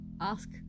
ask